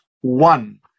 one